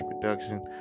production